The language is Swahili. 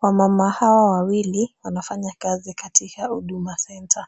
Wamama hawa wawili wanafanya kazi katika huduma center .